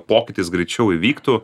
pokytis greičiau įvyktų